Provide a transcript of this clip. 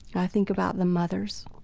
i think about the mothers,